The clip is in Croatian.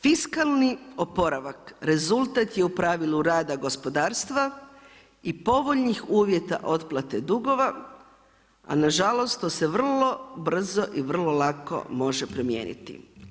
Fiskalni oporavak rezultat je u pravilu rada gospodarstva i povoljnih uvjeta otplate dugova, a na žalost to se vrlo brzo i vrlo lako može promijeniti.